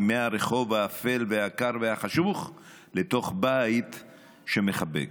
מהרחוב האפל והקר והחשוך לתוך בית שמחבק.